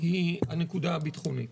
היא הנקודה הביטחונית,